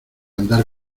andar